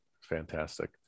fantastic